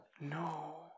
No